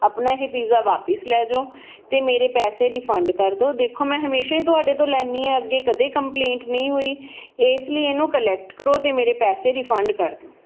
ਆਪਣਾ ਇਹ ਪੀਜ਼ਾ ਵਾਪਿਸ ਲੈ ਜਾਓ ਅਤੇ ਮੇਰੇ ਪੈਸੇ ਰਿਫੰਡ ਕਰ ਦਿਉ ਦੇਖੋ ਮੈਂ ਹਮੇਸ਼ਾ ਹੀ ਤੁਹਾਡੇ ਤੋਂ ਲੈਂਦੀ ਹਾਂ ਅੱਗੇ ਕਦੇ ਕੰਪਲੇਂਟ ਨਹੀਂ ਹੋਈ ਇਸ ਲਈ ਇਹਨੂੰ ਕਲੈਕਟ ਕਰੋ ਅਤੇ ਮੇਰੇ ਪੈਸੇ ਰਿਫੰਡ ਕਰ ਦਿਉ